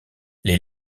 les